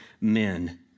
men